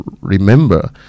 remember